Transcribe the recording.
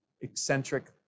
eccentric